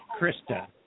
Krista